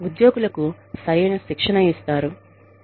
ఉద్యోగులకు సరైన శిక్షణ ఇస్తారు